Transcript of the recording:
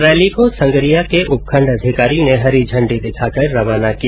rally को संगरिया के उपखण्ड अधिकारी ने हरी झण्डी दिखा कर रवाना किया